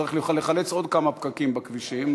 צריך לחלץ עוד כמה פקקים בכבישים.